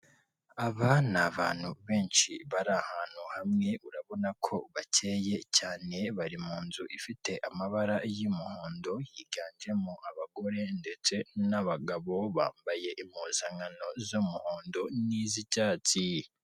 Urubuga rwo kuri murandasi rutangirwaho amakuru y'akazi ya leta, birerekana uburyo wakinjira ukoresheje imayili yawe ndetse na nimero ya telefone yawe ndetse ukaza no gukoresha ijambo banga.